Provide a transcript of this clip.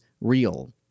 real